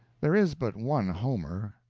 there is but one homer,